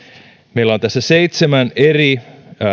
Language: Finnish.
meillä on tässä seitsemän eri